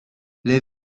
les